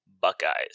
Buckeyes